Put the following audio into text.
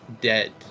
dead